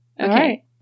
Okay